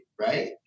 right